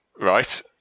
Right